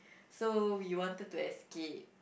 so we wanted to escape